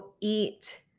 eat